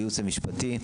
לייעוץ המשפטי,